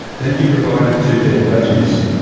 then he provided two dead budgies.